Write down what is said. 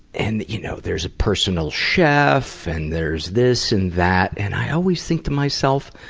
and you know there's a personal chef and there's this and that, and i always think to myself,